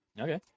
Okay